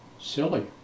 Silly